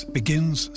begins